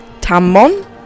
Tammon